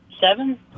seven